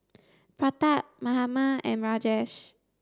Pratap Mahatma and Rajesh